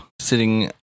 sitting